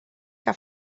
que